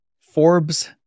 Forbes